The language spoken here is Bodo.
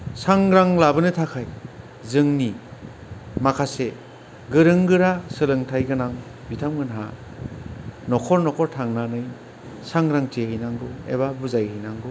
साग्रां लाबोनो थाखाय जोंनि माखासे गोरों गोरा सोलोंथाइ गोनां बिथांमोनहा न'खर न'खर थांनानै सांग्रांथि हैनांगौ एबा बुजायहैनांगौ